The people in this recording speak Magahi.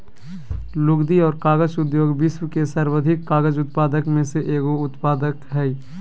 लुगदी और कागज उद्योग विश्व के सर्वाधिक कागज उत्पादक में से एगो उत्पाद हइ